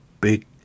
big